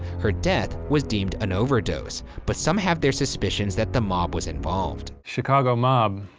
her death was deemed an overdose, but some have their suspicions that the mob was involved. chicago mob.